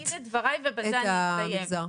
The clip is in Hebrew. שמבעית את המגזר.